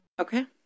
Okay